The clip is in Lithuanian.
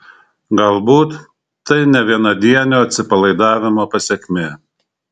galbūt tai ne vienadienio atsipalaidavimo pasekmė